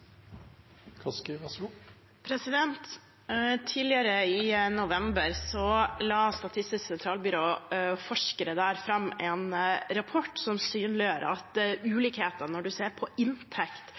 Tidligere, i november, la forskere i Statistisk sentralbyrå fram en rapport som synliggjør at